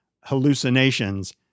hallucinations